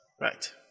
Right